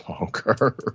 longer